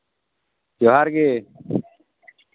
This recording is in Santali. ᱡᱚᱦᱟᱨ ᱜᱮ